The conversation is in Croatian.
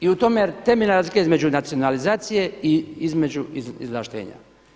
I u tome je temeljna razlika između nacionalizacije i između izvlaštenja.